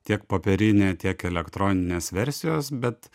tiek popierinė tiek elektroninės versijos bet